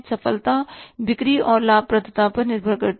सफलता बिक्री और लाभप्रदता पर निर्भर करती है